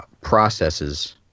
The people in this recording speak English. processes